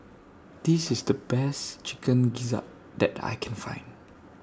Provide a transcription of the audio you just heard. This IS The Best Chicken Gizzard that I Can Find